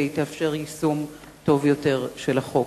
והיא תאפשר יישום טוב יותר של החוק.